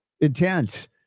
intense